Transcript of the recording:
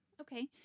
okay